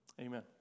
amen